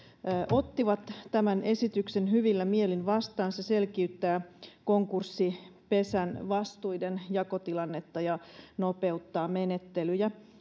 ottivat tämän esityksen hyvillä mielin vastaan se selkiyttää konkurssipesän vastuidenjakotilannetta ja nopeuttaa menettelyjä